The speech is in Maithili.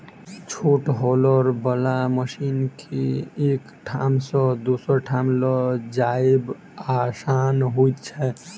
छोट हौलर बला मशीन के एक ठाम सॅ दोसर ठाम ल जायब आसान होइत छै